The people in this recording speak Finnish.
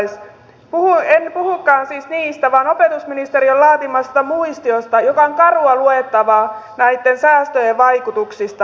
en puhukaan siis niistä vaan opetusministeriön laatimasta muistiosta joka on karua luettavaa näitten säästöjen vaikutuksista